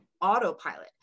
Autopilot